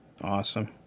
Awesome